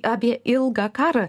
apie ilgą karą